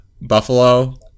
buffalo